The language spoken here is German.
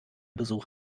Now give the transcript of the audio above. besuch